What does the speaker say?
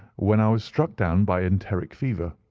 when i was struck down by enteric fever,